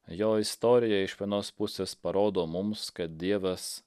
jo istorija iš vienos pusės parodo mums kad dievas